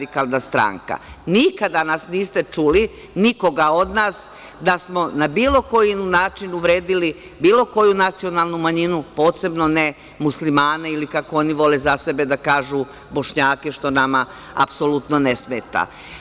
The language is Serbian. Nikada nas niste čuli, nikoga od nas da smo na bilo koji način uvredili bilo koju nacionalnu manjinu, posebno ne muslimane ili kako oni vole za sebe da kažu bošnjake, što nama apsolutno ne smeta.